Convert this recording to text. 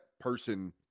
person